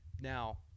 now